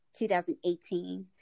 2018